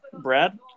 Brad